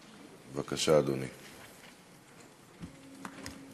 בבקשה, אדוני.